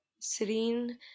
serene